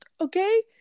Okay